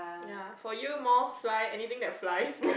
ya for you moths fly anything that fly